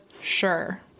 sure